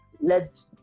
Let